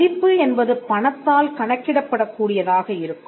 மதிப்பு என்பது பணத்தால் கணக்கிடப்படக் கூடியதாக இருக்கும்